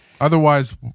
Otherwise